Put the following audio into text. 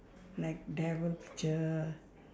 like devil picture